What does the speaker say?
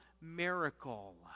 miracle